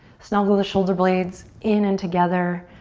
snuggle the shoulder blades in and together.